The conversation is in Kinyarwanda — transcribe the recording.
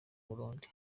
burundi